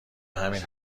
همین